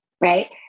right